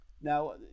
Now